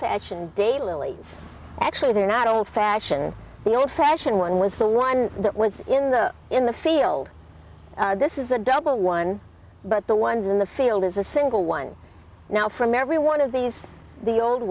fashioned day lilies actually they're not old fashioned the old fashioned one was the one that was in the in the field this is a double one but the ones in the field is a single one now from every one of these the old